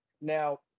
Now